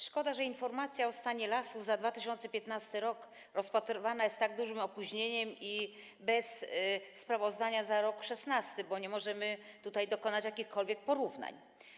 Szkoda, że informacja o stanie lasów za 2015 r. rozpatrywana jest z tak dużym opóźnieniem i bez sprawozdania za rok 2016, bo nie możemy tutaj dokonać jakichkolwiek porównań.